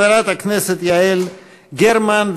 חברת הכנסת יעל גרמן,